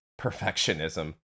perfectionism